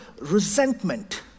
resentment